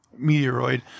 meteoroid